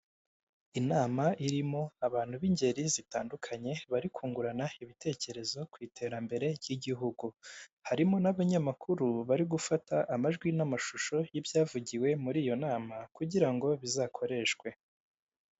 Inama irimo abantu b'ingeri zitandukanye bari kungurana ibitekerezo ku iterambere ry'igihugu harimo n'abanyamakuru bari gufata amajwi n'amashusho y'ibyavugiwe muri iyo nama kugira ngo bizakoreshwe.